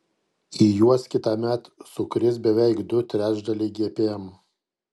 į juos kitąmet sukris beveik du trečdaliai gpm